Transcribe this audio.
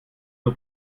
nur